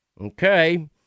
Okay